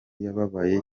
yababaye